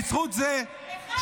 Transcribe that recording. בזכות זה שהאמריקאים,